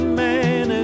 man